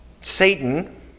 Satan